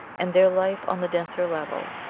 and their life on the denser level,